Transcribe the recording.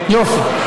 יופי.